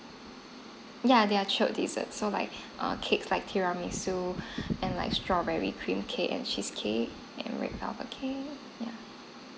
yeah there are shirt dessert so like err cake like tiramisu and like strawberry cream cake and cheese cake and red velvet cake yeah